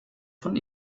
von